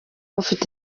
bufite